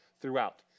throughout